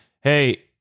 hey